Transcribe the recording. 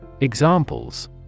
Examples